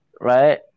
right